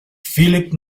phillip